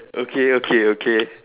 okay okay okay